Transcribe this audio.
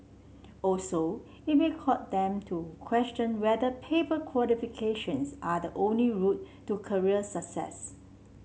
also it may them to question whether paper qualifications are the only route to career success